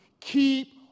Keep